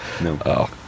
No